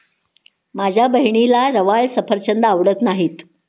माझ्या बहिणीला रवाळ सफरचंद आवडत नाहीत